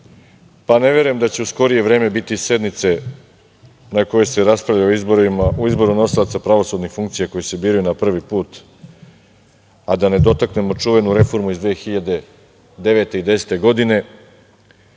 ne verujem da će u skorije vreme biti sednice na kojoj se raspravlja o izboru nosilaca pravosudnih funkcija koji se biraju prvi put, a da ne dotaknemo čuvenu reformu iz 2009. i 2010. godine,